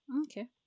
okay